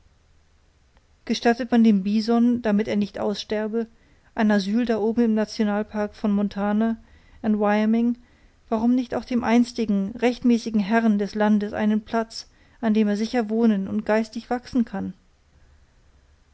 gestattet man dem bison damit er nicht aussterbe ein asyl da oben im nationalpark von montana und wyoming warum nicht auch dem einstigen rechtmäßigen herren des landes einen platz an dem er sicher wohnen und geistig wachsen kann